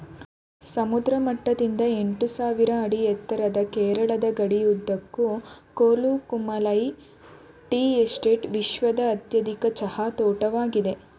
ಸಮುದ್ರ ಮಟ್ಟದಿಂದ ಎಂಟುಸಾವಿರ ಅಡಿ ಎತ್ತರದ ಕೇರಳದ ಗಡಿಯುದ್ದಕ್ಕೂ ಕೊಲುಕುಮಾಲೈ ಟೀ ಎಸ್ಟೇಟ್ ವಿಶ್ವದ ಅತ್ಯಧಿಕ ಚಹಾ ತೋಟವಾಗಿದೆ